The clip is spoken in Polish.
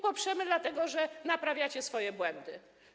Poprzemy ją dlatego, że naprawiacie swoje błędy.